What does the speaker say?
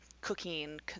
cooking